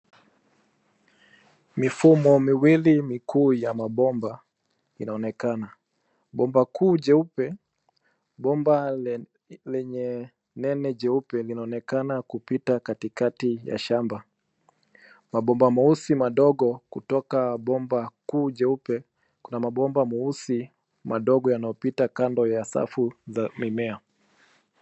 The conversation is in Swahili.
Mifumo miwili mikuu ya mabomba inaonekana. Bomba kuu jeupe bomba lenye nene jeupe linaonekana kupita katikati ya shamba. Mabomba meusi madogo kutoka bomba kuu jeupe kuna mabomba meusi madogo yanayopita kando ya safu za mimea.